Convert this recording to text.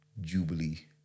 Jubilee